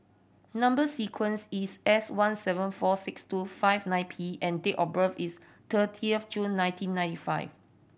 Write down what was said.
number sequence is S one seven four six two five nine P and date of birth is thirty of June nineteen ninety five